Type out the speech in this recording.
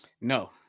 No